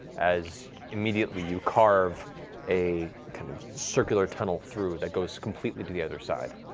as immediately, you carve a kind of circular tunnel through that goes completely to the other side.